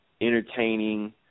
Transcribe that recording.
entertaining